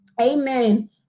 amen